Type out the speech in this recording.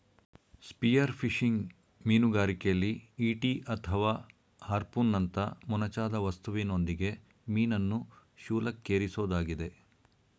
spearfishing ಮೀನುಗಾರಿಕೆಲಿ ಈಟಿ ಅಥವಾ ಹಾರ್ಪೂನ್ನಂತ ಮೊನಚಾದ ವಸ್ತುವಿನೊಂದಿಗೆ ಮೀನನ್ನು ಶೂಲಕ್ಕೇರಿಸೊದಾಗಿದೆ